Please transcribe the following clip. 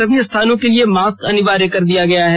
सभी स्थानों के लिए मास्क अनिवार्य कर दिया गया है